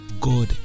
God